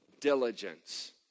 diligence